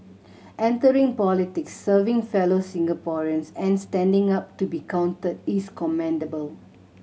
entering politics serving fellow Singaporeans and standing up to be counted is commendable